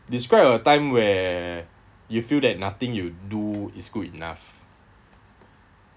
describe a time where you feel that nothing you do is good enough